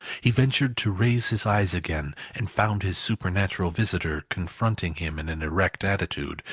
he ventured to raise his eyes again, and found his supernatural visitor confronting him in an erect attitude,